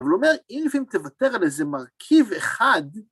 אבל הוא אומר, אם לפעמים תוותר על איזה מרכיב אחד...